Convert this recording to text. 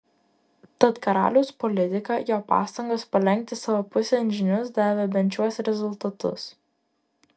tad karaliaus politika jo pastangos palenkti savo pusėn žynius davė bent šiuos rezultatus